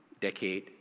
decade